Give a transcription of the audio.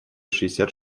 шестьдесят